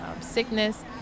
sickness